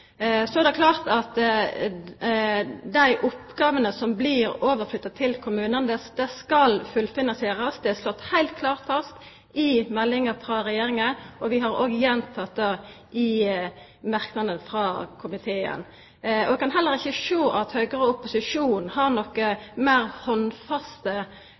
Så er det klart at dei oppgåvene som blir flytta over til kommunane, skal fullfinansierast. Det er slått heilt klart fast i meldinga frå Regjeringa. Vi har òg gjenteke det i merknadene i komitéinnstillinga. Eg kan heller ikkje sjå at Høgre og resten av opposisjonen har nokre andre meir handfaste